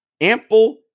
ample